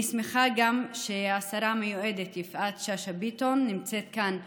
אני שמחה גם שהשרה המיועדת יפעת שאשא ביטון נמצאת כאן איתנו,